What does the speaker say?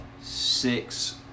six